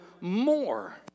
more